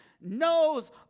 knows